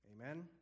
Amen